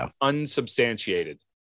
unsubstantiated